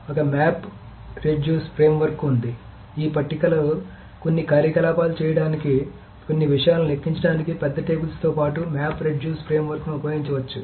ఒక మ్యాప్ తగ్గించే ఫ్రేమ్వర్క్ ఉంది ఈ పట్టికలలో కొన్ని కార్యకలాపాలు చేయడానికి కొన్ని విషయాలను లెక్కించడానికి పెద్ద టేబుల్స్తో పాటు మ్యాప్ రెడ్యూస్ ఫ్రేమ్వర్క్ను ఉపయోగించవచ్చు